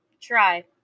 try